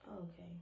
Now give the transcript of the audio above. Okay